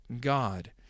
God